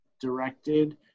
directed